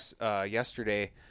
yesterday